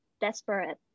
desperate